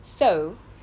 so 我你讲的